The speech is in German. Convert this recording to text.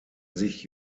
sich